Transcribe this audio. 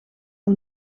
aan